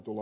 niin